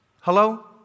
Hello